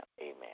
Amen